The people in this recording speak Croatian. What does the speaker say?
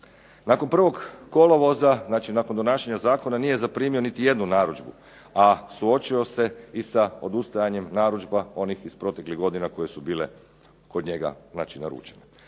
Nakon 1. kolovoza, znači nakon donašanja zakona nije zaprimio niti jednu narudžbu a suočio se i sa odustajanjem narudžbi onih iz proteklih godina koje su bile kod njega naručene.